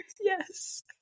Yes